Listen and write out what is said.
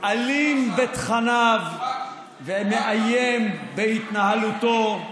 אלים בתכניו ומאיים בהתנהלותו,